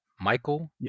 Michael